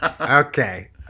Okay